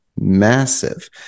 massive